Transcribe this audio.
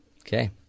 Okay